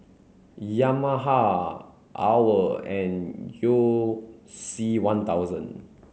Yamaha OWL and You C one thousand